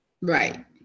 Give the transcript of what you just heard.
Right